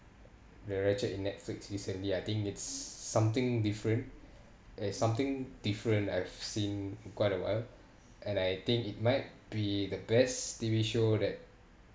the ratched in netflix recently I think it's something different as something different I've seen in quite a while and I think it might be the best T_V show that